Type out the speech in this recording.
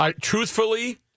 truthfully